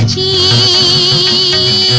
e